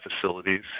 facilities